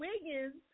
Wiggins